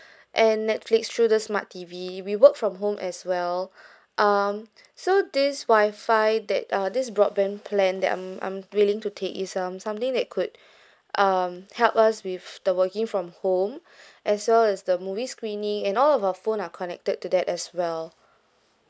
and netflix through the smart T_V we work from home as well um so this wi-fi that uh this broadband plan that I'm I'm willing to take is um something that could um help us with the working from home as well as the movie screening and all of our phone are connected to that as well